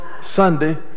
Sunday